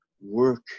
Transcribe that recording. work